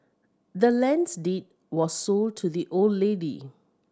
the land's deed was sold to the old lady